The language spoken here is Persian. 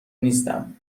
نیستم